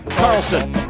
Carlson